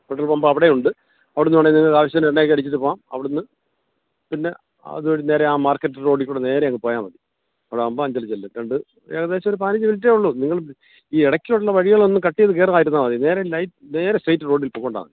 petrol pump അവിടെ ഉണ്ട് അവിടുന്ന് വേണമെങ്കിൽ നിങ്ങൾക്ക് ആവശ്യത്തിന് എണ്ണയൊക്കെ അടിച്ചിട്ട് പോവാം അവിടുന്ന് പിന്നെ അതുവഴി നേരെ ആ മാർക്കറ്റ് റോഡിൽക്കൂടെ നേരെ അങ്ങ് പോയാൽ മതി അവിടെ ആവുമ്പോൾ അഞ്ചലിൽ ചെല്ലും രണ്ട് ഏകദേശം ഒരു പതിനഞ്ച് മിനിറ്റേ ഉള്ളൂ നിങ്ങൾ ഈ ഇടയ്ക്കുള്ള വഴികൾ ഒന്നും കട്ട് ചെയ്ത് കയറാതിരുന്നാൽ മതി നേരെ ലൈ നേരെ സ്ട്രെയിറ്റ് റോഡിൽ പോയിക്കൊണ്ടാൽ മതി